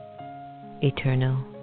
eternal